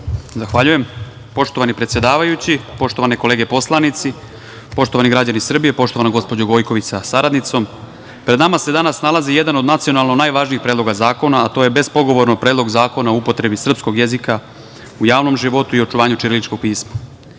Zahvaljujem. Poštovani predsedavajući, poštovane kolege poslanici, poštovani građani Srbije, poštovana gospođo Gojković sa saradnicom, pred nama se danas nalazi jedan od nacionalno najvažnijih predloga zakona, a to je bespogovorno Predlog zakona o upotrebi srpskog jezika u javnom životu i očuvanju ćiriličkog pisma. Jezik